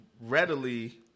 readily